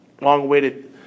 long-awaited